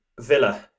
Villa